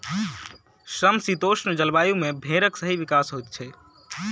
समशीतोष्ण जलवायु मे भेंड़क सही विकास होइत छै